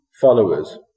followers